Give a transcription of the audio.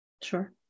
Sure